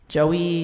Joey